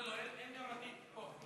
לא, לא, אין גם עתיד פה.